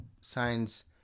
signs